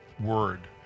word